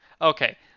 Okay